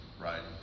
Right